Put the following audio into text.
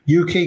UK